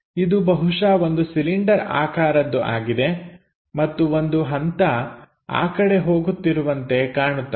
ಇದು ಬಹುಶಃ ಒಂದು ಸಿಲಿಂಡರ್ ಆಕಾರದ್ದು ಆಗಿದೆ ಮತ್ತು ಒಂದು ಹಂತ ಆ ಕಡೆ ಹೋಗುತ್ತಿರುವಂತೆ ಕಾಣುತ್ತದೆ